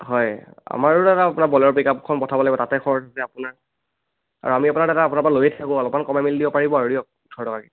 হয় আমাৰো দাদা আপোনাৰ বলেৰ' পিকআপখন পঠাব লাগিব তাতে খৰচ আছে আপোনাৰ আৰু আমি আপোনাৰ দাদা আপোনাৰ পৰা লৈয়ে থাকোঁ অলপমান কমাই মেলি দিব পাৰিব আৰু দিয়ক ওঁঠৰ টকাকৈ